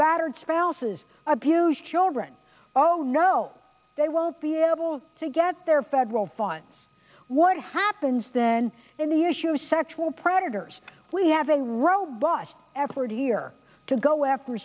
battered spouses abuse children oh no they won't be able to get their federal funds what happens then in the issue of sexual predators we have a robust effort here to go after